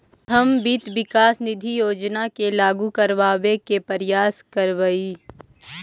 हम वित्त विकास निधि योजना के लागू करबाबे के प्रयास करबई